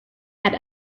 had